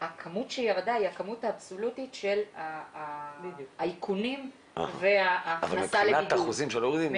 הכמות שירדה היא הכמות האבסולוטית של האיכונים וההכנסה לבידוד.